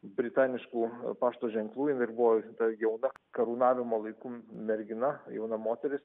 britaniškų pašto ženklų jin dar buvo dar jauna karūnavimo laikų mergina jauna moteris